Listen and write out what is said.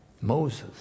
Moses